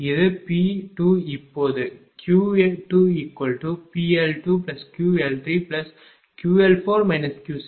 இது P2 இப்போது Q2QL2QL3QL4 QC4QL5QL6